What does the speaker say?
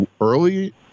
early